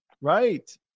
Right